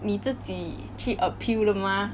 你自己去 appeal 的吗